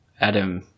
Adam